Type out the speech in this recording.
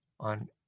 On